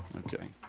ok.